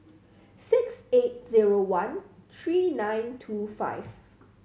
six eight zero one three nine two five